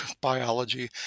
biology